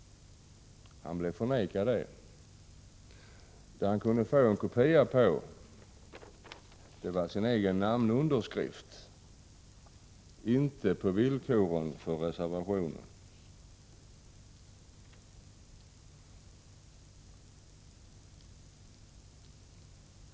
Han blev förvägrad detta. Det som han kunde få en kopia av var den egna namnunderskriften, inte villkoren för reservationen.